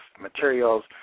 materials